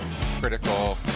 Critical